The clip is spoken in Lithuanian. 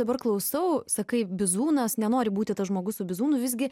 dabar klausau sakai bizūnas nenori būti tas žmogus su bizūnu visgi